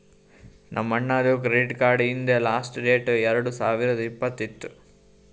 ನಮ್ ಅಣ್ಣಾದು credit card ಹಿಂದ್ ಲಾಸ್ಟ್ ಡೇಟ್ ಎರಡು ಸಾವಿರದ್ ಇಪ್ಪತ್ತ್ ಇತ್ತು